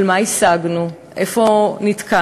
על מה השגנו, איפה נתקענו,